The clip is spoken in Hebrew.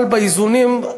אבל באיזונים,